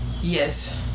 Yes